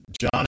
John